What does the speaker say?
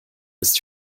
ist